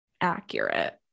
accurate